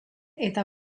eta